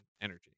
energy